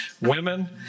women